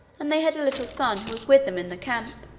and they had a little son who was with them in the camp.